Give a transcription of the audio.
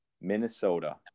Minnesota